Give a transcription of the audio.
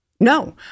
no